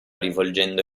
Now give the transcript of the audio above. rivolgendo